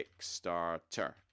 Kickstarter